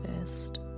best